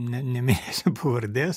ne neminėsiu pavardės